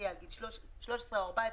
עד גיל 13 או 14,